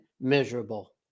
miserable